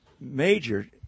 major